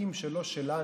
בעסקים שלא שלנו,